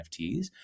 NFTs